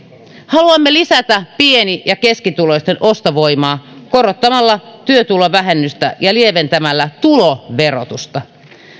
haluamme lisätä pieni ja keskituloisten ostovoimaa korottamalla työtulovähennystä ja lieventämällä tuloverotusta